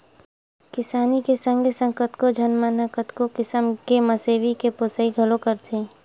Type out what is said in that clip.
किसानी के संगे संग कतको झन मन ह कतको किसम के मवेशी के पोसई घलोक करथे